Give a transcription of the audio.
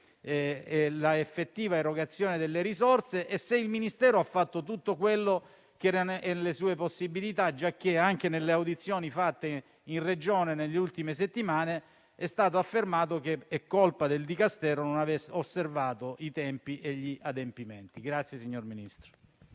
la effettiva erogazione delle risorse e se il Ministero abbia fatto tutto quello che era nelle sue possibilità, giacché, anche nelle audizioni fatte in Regione nelle ultime settimane, è stato affermato che è colpa del Dicastero non aver osservato i tempi e gli adempimenti. PRESIDENTE. Il Ministro